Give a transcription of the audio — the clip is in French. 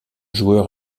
joueur